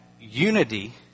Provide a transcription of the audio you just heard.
unity